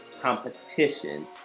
competition